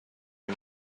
and